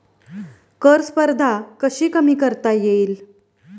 कर स्पर्धा कशी कमी करता येईल?